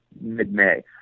mid-May